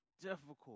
difficult